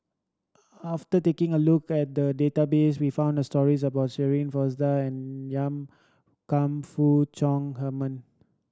after taking a look at the database we found stories about Shirin Fozdar and Yan Kam Fook Chong Heman